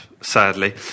sadly